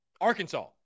Arkansas